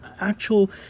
actual